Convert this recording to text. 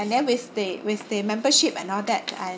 and then with the with the membership and all that